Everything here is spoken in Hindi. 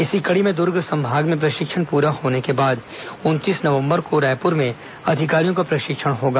इसी कड़ी में दुर्ग संभाग में प्रशिक्षण पूरा होने के बाद उनतीस नवंबर को रायपुर में अधिकारियों का प्रशिक्षण होगा